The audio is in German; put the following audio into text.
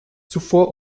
zuvor